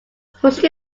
pushed